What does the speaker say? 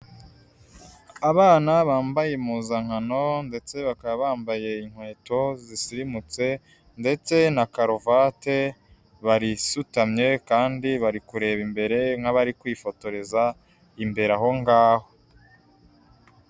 Abana bambaye impuzankano, ndetse bakaba bambaye inkweto zisirimutse ndetse na karuvate, barasutamye kandi bari kureba imbere nk'abari kwifotoreza imbere aho ngaho.